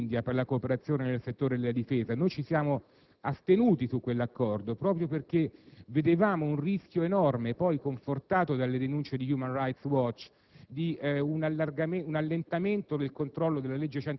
poi un accordo che l'Italia ha concluso con l'India per la cooperazione nel settore della difesa. Noi ci siamo astenuti su quell'accordo, proprio perché vedevamo un rischio enorme, poi confortato dalle denunce di Human Rights Watch,